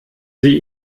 sie